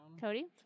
Cody